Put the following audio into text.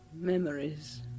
memories